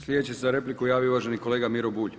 Slijedeći se za repliku javio uvaženi kolega Miro Bulj.